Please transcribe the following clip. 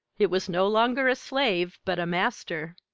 it was no longer a slave, but a master.